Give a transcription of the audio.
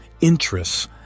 interests